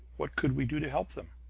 what could we do to help them?